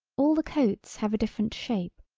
all the coats have a different shape,